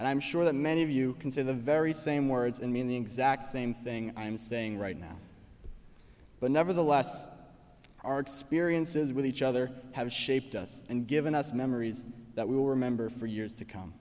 and i'm sure that many of you can see the very same words and mean the exact same thing i am saying right now but nevertheless our experiences with each other have shaped us and given us memories that we were a member for years to come